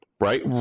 Right